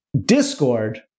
Discord